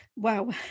wow